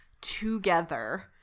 together